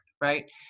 right